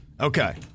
Okay